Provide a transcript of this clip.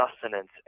sustenance